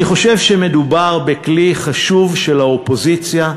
אני חושב שמדובר בכלי חשוב של האופוזיציה,